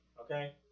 okay